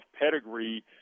pedigree